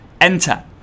enter